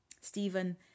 Stephen